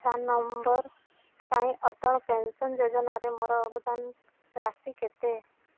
PRAN number ପାଇଁ Atal pension ଯୋଜନାରେ ମୋର ଅବଦାନ ରାଶି କେତେ